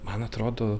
man atrodo